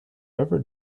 ever